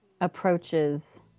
approaches